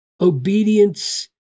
obedience